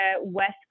west